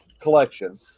collection